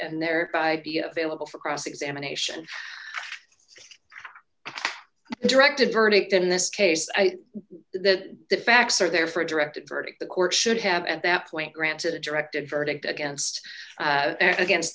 and thereby be available for cross examination directed verdict in this case i that the facts are there for a directed verdict the court should have at that point granted a directed verdict against act against